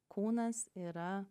kūnas yra